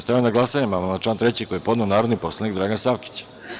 Stavljam na glasanje amandman na član 3. koji je podneo narodni poslanik Dragan Savkić.